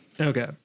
Okay